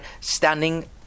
standing